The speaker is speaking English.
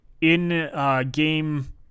in-game